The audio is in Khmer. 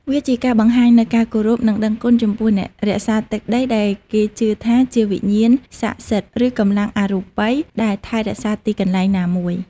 វាជាការបង្ហាញនូវការគោរព និងដឹងគុណចំពោះអ្នករក្សាទឹកដី ដែលគេជឿថាជាវិញ្ញាណស័ក្តិសិទ្ធិ ឬកម្លាំងអរូបិយដែលថែរក្សាទីកន្លែងណាមួយ។